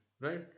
right